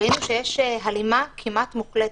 ראינו שיש הלימה כמעט מוחלטת.